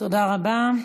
תודה רבה.